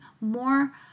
more